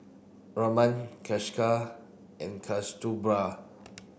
Ramanand Kailash and Kasturba